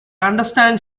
understand